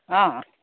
অঁ